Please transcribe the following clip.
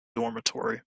dormitory